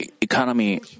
economy